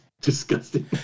disgusting